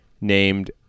named